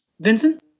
Vincent